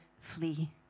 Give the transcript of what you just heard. flee